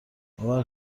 باور